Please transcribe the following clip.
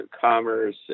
commerce